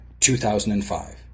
2005